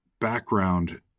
background